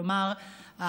כלומר,